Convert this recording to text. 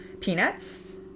peanuts